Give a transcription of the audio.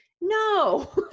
No